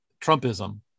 Trumpism